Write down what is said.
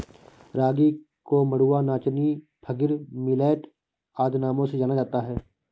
रागी को मंडुआ नाचनी फिंगर मिलेट आदि नामों से जाना जाता है